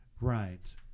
Right